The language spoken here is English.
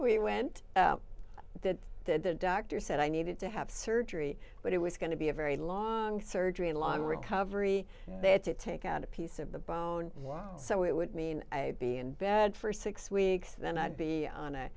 he went that the doctor said i needed to have surgery but it was going to be a very long surgery and long recovery they had to take out a piece of the bone so it would mean i be in bed for six weeks then i'd be on a